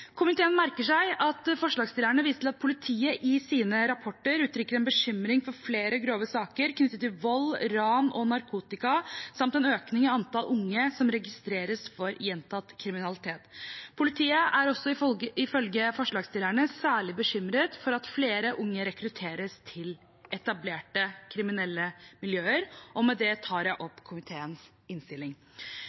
Komiteen merker seg at forslagsstillerne viser til at politiet i sine rapporter uttrykker en bekymring for flere grove saker knyttet til vold, ran og narkotika samt en økning i antall unge som registreres for gjentatt kriminalitet. Politiet er også ifølge forslagsstillerne særlig bekymret for at flere unge rekrutteres til etablerte kriminelle miljøer. Med det anbefaler jeg komiteens innstilling.